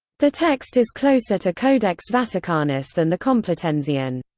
the text is closer to codex vaticanus than the complutensian.